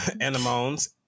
anemones